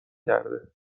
کرده